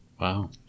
Wow